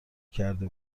کرده